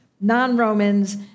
non-Romans